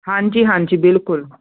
ਹਾਂਜੀ ਹਾਂਜੀ ਬਿਲਕੁਲ